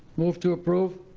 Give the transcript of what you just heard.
move to approve.